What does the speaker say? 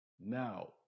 now